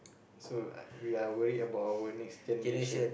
so I we are worried about our next generation